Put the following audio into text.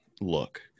look